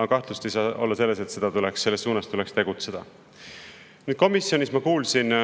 Aga kahtlust ei saa olla selles, et selles suunas tuleks tegutseda. Komisjonis ma kuulsin